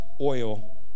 oil